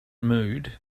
mood